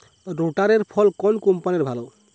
রোটারের ফল কোন কম্পানির ভালো?